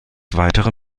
weitere